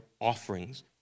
offerings